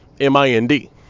M-I-N-D